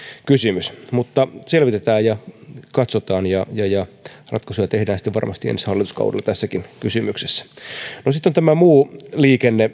kysymys mutta selvitetään ja katsotaan ja ratkaisuja tehdään sitten varmasti ensi hallituskaudella tässäkin kysymyksessä arvoisa puhemies sitten on tämä muu liikenne